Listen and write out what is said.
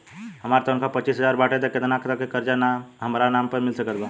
हमार तनख़ाह पच्चिस हज़ार बाटे त केतना तक के कर्जा हमरा नाम पर मिल सकत बा?